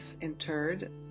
interred